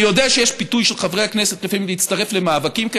אני יודע שיש פיתוי של חברי הכנסת להצטרף למאבקים כאלה,